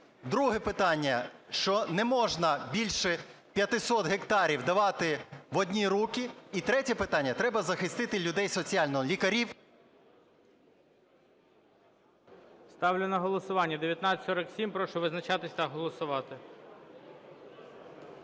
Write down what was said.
Друге питання. Що не можна більше 500 гектарів давати в одні руки. І третє питання. Треба захистити людей соціально, лікарів… ГОЛОВУЮЧИЙ. Ставлю на голосування 1947. Прошу визначатись та голосувати.